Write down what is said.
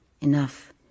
Enough